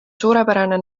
suurepärane